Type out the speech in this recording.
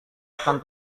akan